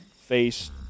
face